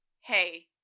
hey